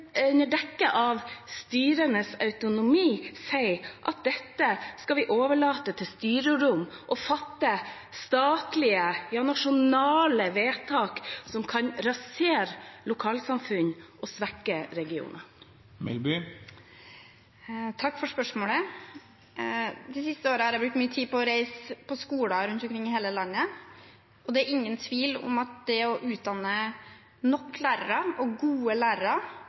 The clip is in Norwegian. dekke av styrenes autonomi sier at vi skal overlate til styrerom å fatte statlige – ja, nasjonale – vedtak som kan rasere lokalsamfunn og svekke regioner? Takk for spørsmålet. De siste årene har jeg brukt mye tid på å reise til skoler rundt omkring i hele landet, og det er ingen tvil om at det å utdanne nok og gode lærere,